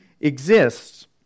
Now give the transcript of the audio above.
exists